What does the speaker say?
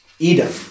Edom